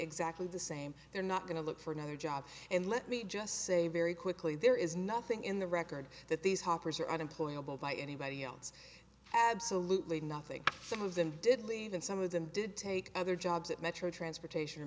exactly the same they're not going to look for another job and let me just say very quickly there is nothing in the record that these hoppers are employable by anybody else absolutely nothing some of them did leave and some of them did take other jobs at metro transportation or